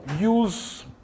Use